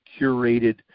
curated